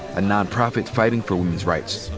a nonprofit fighting for women's rights.